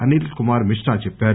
అనిల్ కుమార్ మిశ్రా చెప్పారు